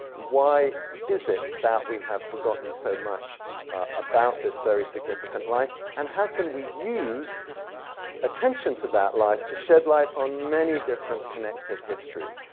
why is it that we have forgotten so much about this very significant life? and how can we use attention to that life to shed light on many different connected histories?